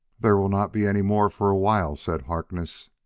there will not be any more for a while, said harkness.